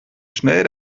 schnell